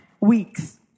weeks